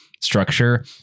structure